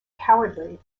cowardly